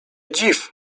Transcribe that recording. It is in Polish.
dziw